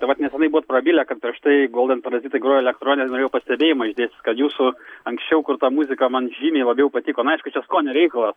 tai vat neseniai buvot prabilę kad prieš tai golden parazitai grojo elektroninę ir norėjau pastebėjimą išdėstyt kad jūsų anksčiau kurta muzika man žymiai labiau patiko na aišku čia skonio reikalas